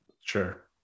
Sure